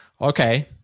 okay